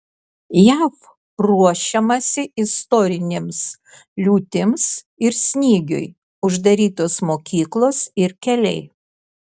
jav ruošiamasi istorinėms liūtims ir snygiui uždarytos mokyklos ir keliai